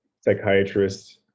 psychiatrist